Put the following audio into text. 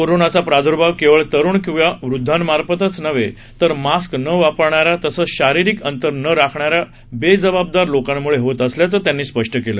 कोरोनाचा प्रादुर्भाव केवळ तरुण किंवा वृद्धांमार्फतच नव्हे तर मास्क न वापरणाऱ्या तसंच शारीरिक अंतर नं राखणाऱ्या बेजबाबदार लोकांमुळे होत असल्याचं त्यांनी सांगितलं